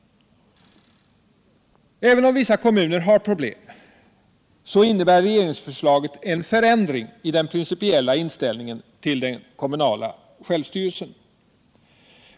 Även om vissa kommuner har problem innebär regeringsförslaget en förändring i den principiella inställningen till den kommunala självstyrelsen.